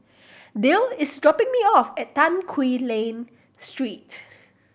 Dayle is dropping me off at Tan Quee Lan Street